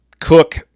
cook